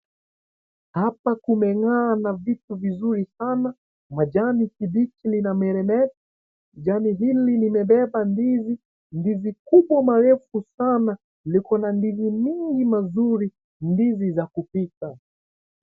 Hapa kumengaa na vitu vizuri sana majani kibichi linameremeta jani hili limebeba ndizi, ndizi kubwa marefu sana liko ni ndizi mingi mazuri ndizi za kupika.